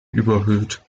überhöht